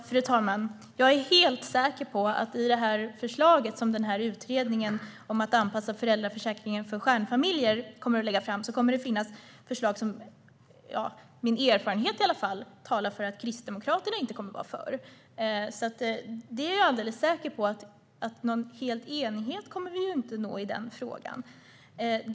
Fru talman! Jag är helt säker på att det i det förslag som utredningen om att anpassa föräldraförsäkringen för stjärnfamiljer kommer att lägga fram kommer att finnas förslag som - det är åtminstone min erfarenhet - Kristdemokraterna inte kommer att vara för. Jag är alldeles säker på att vi inte kommer att nå total enighet i den frågan.